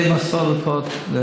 יודע לגבי הטענות שנשמעות?